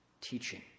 teaching